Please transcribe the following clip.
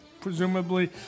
presumably